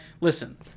listen